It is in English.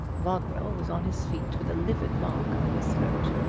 rodwell was on his feet with a livid mark on his throat,